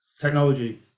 technology